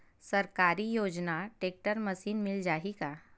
सरकारी योजना tractor machine मिल जाही का?